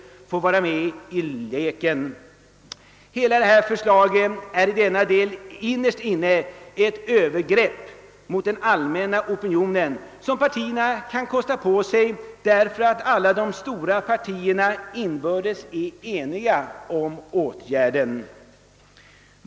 Förslaget är i denna del innerst inne ett övergrepp mot den allmänna opinionen, ett övergrepp som partierna kan kosta på sig, därför att alla de stora partierna inbördes är eniga om åtgärden.